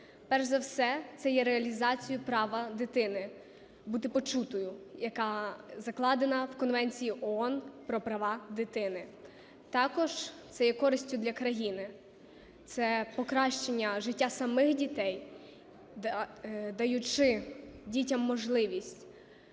Перш за все, це є реалізація права дитини бути почутою, яка закладена в Конвенції ООН про права дитини. Також це є користю для країни, це покращення життя самих дітей, даючи дітям можливість